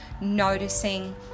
noticing